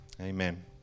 Amen